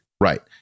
Right